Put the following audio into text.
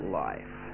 life